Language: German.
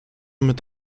mit